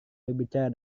berbicara